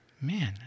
man